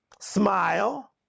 smile